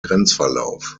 grenzverlauf